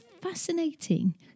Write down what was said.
fascinating